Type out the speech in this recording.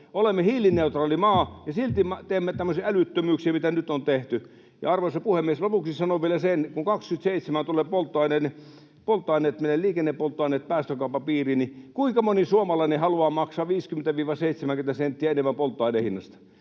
Olemme hiilineutraali maa, ja silti me teemme tämmöisiä älyttömyyksiä, mitä nyt on tehty. Arvoisa puhemies! Lopuksi sanon vielä sen, että kun vuonna 27 liikennepolttoaineet menevät päästökaupan piiriin, niin kuinka moni suomalainen haluaa maksaa 50—70 senttiä enemmän polttoaineen hinnasta.